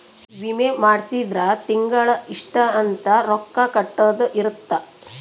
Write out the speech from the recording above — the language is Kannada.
ವಿಮೆ ಮಾಡ್ಸಿದ್ರ ತಿಂಗಳ ಇಷ್ಟ ಅಂತ ರೊಕ್ಕ ಕಟ್ಟೊದ ಇರುತ್ತ